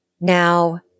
now